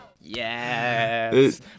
Yes